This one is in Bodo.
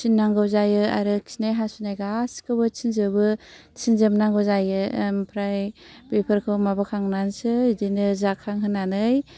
थिननांगौ जायो आरो खिनाय हासुनाय गासिखौबो थिनजोबो थिनजोबनांगौ जायो ओमफ्राय बैफोरखौ माबाखांनानसो बिदिनो जाखांहोनानै